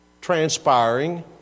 transpiring